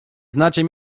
znacie